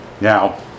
Now